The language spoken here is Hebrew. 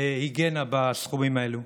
היגיינה בסכומים האלו?